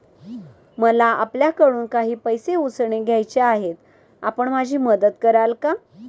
मला आपल्याकडून काही पैसे उसने घ्यायचे आहेत, आपण माझी मदत कराल का?